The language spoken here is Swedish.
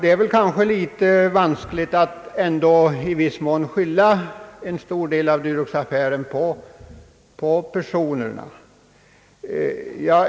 Det är kanske en smula vanskligt att skylla en stor del av Duroxaffären på de enskilda personerna.